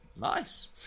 nice